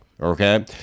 Okay